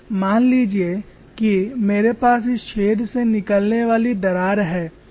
मान लीजिए कि मेरे पास इस छेद से निकलने वाली दरार है